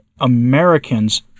Americans